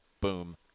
Boom